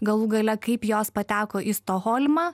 galų gale kaip jos pateko į stokholmą